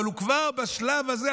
אבל כבר בשלב הזה,